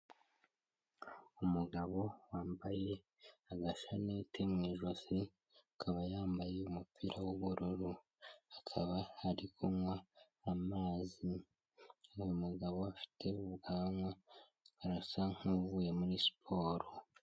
Umugabo wambaye agashanete mu ijosi, akaba yambaye umupira w'ubururu, akaba ari kunywa amazi, uyu mugabo afite ubwanwa arasa nk'uvuye muri siporo.